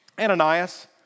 Ananias